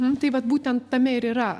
tai vat būtent tame ir yra